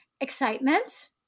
excitement